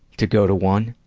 to go to one.